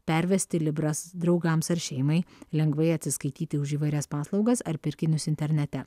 pervesti libras draugams ar šeimai lengvai atsiskaityti už įvairias paslaugas ar pirkinius internete